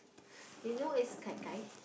you know is Gai Gai